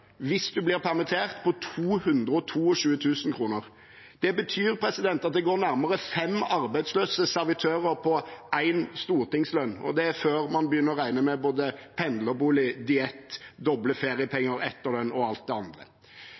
på 222 000 kr hvis man blir permittert. Det betyr at det går nærmere fem arbeidsløse servitører på en stortingslønn, og det er før man begynner å regne med pendlerbolig, diett, doble feriepenger, etterlønn og alt det andre.